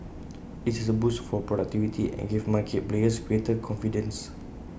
this is A boost for productivity and gave market players greater confidence